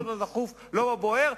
לא בדחוף ולא בבוער,